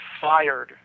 fired